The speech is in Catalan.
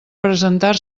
presentar